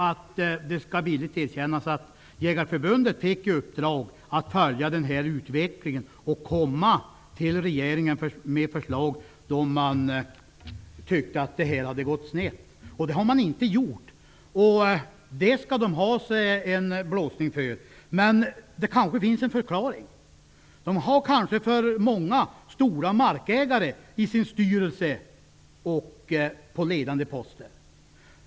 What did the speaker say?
Det skall villigt erkännas att Jägareförbundet fick i uppdrag att följa utvecklingen och komma till regeringen med förslag, då man ansåg att det hela hade gått snett. Men det har man inte gjort, och det skall Jägareförbundet ha sig en blåsning för. Det finns kanske en förklaring. Det ingår för många stora markägare i Jägareförbundets styrelse och på ledande poster.